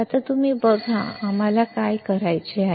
आता तुम्ही बघा आम्हाला काय करायचे आहे